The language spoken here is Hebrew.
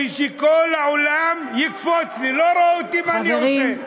ושכל העולם יקפוץ לי, לא רואה אותי מה אני עושה.